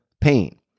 pain